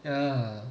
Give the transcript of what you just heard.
ya